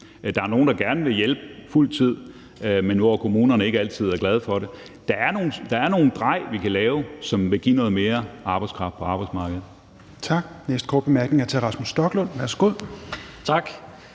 Der er nogle, der gerne vil hjælpe på fuld tid, men hvor kommunerne ikke altid er glade for det. Der er noget, vi kan dreje på, som vil give noget mere arbejdskraft på arbejdsmarkedet.